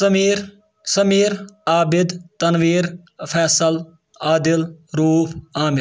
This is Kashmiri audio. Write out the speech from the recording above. ضمیٖر سمیٖر عابد تنویٖر فیصل عادل روٗف عامہِ